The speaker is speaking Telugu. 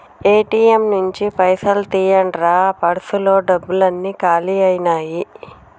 ఏ.టి.యం నుంచి పైసలు తీయండ్రా పర్సులో డబ్బులన్నీ కాలి అయ్యినాయి